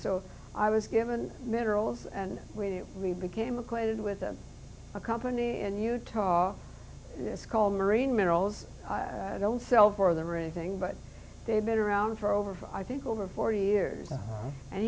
so i was given minerals and we became acquainted with them a company in utah it's called marine minerals i don't sell for them or anything but they've been around for over for i think over forty years and